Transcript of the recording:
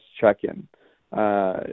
check-in